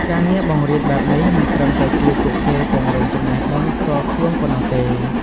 ការងារបង្រៀនបែបនេះមិនត្រឹមតែជួយពួកគេពង្រឹងចំណេះដឹងផ្ទាល់ខ្លួនប៉ុណ្ណោះទេ។